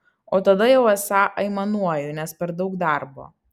o tada jau esą aimanuoju nes per daug darbo